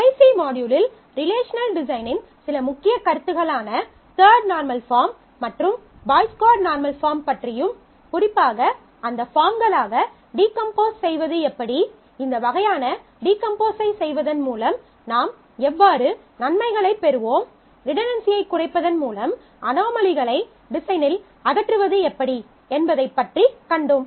கடைசி மாட்யூலில் ரிலேஷனல் டிசைனின் சில முக்கிய கருத்துக்களான தர்ட் நார்மல் பாஃர்ம் மற்றும் பாய்ஸ் கோட் நார்மல் பாஃர்ம் பற்றியும் குறிப்பாக அந்த பாஃர்ம்களாக டீகம்போஸ் செய்வது எப்படி இந்த வகையான டீகம்போஸை செய்வதன் மூலம் நாம் எவ்வாறு நன்மைகளைப் பெறுவோம் ரிடன்டன்சியைக் குறைப்பதன் மூலம் அனோமலிகளை டிசைனில் அகற்றுவவது எப்படி என்பதைப் பற்றி கண்டோம்